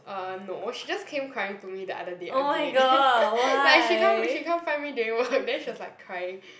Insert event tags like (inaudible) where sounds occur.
uh no she just came crying to me the other day again (laughs) like she come she come find me during work then she was like crying